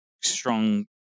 strong